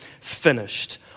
finished